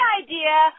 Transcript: idea